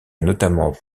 notamment